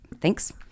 thanks